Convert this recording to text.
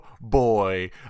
boy